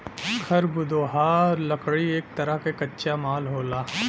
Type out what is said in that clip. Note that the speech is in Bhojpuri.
खरबुदाह लकड़ी एक तरे क कच्चा माल होला